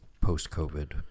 post-COVID